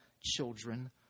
children